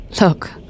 Look